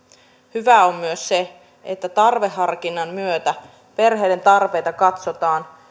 hyvää on myös se että tarveharkinnan myötä perheiden tarpeita katsotaan